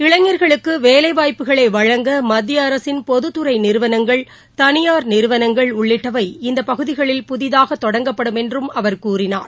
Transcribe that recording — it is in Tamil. இளைஞர்களுக்கு வேலைவாய்ப்புகளை வழங்க மத்திய அரசின் பொதுத்துறை நிறுவனங்கள் தளியார் நிறுவனங்கள் உள்ளிட்டவை இந்த பகுதிகளில் புதிதாக தொடங்கப்படும் என்று அவர் கூறினார்